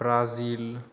Brazil